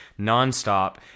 nonstop